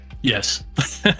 Yes